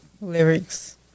lyrics